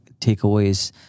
takeaways